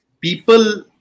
People